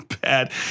bad